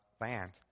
land